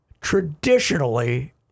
traditionally